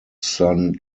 son